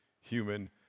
human